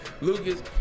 Lucas